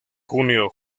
junio